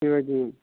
बे बायदिमोन